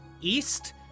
east